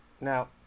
Now